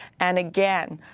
and again,